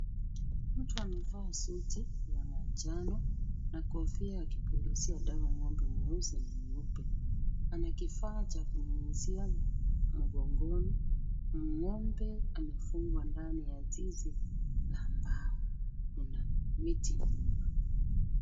Mtu amevaa suti la manjano na kofia akipulizia dawa ng'ombe mweusi na mweupe . Ana kifaa cha kunyunyizia mgongoni. Ng'ombe amefungwa ndani ya zizi la mbao. Kuna miti nyuma.